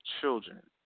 children